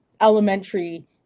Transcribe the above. elementary